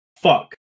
fuck